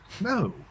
No